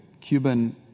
Cuban